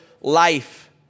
life